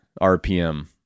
rpm